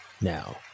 Now